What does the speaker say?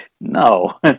no